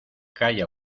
calla